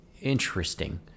interesting